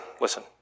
listen